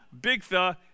Bigtha